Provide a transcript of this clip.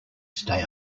stay